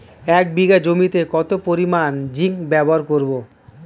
এক বিঘা জমিতে কত পরিমান জিংক ব্যবহার করব?